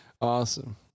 Awesome